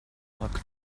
mark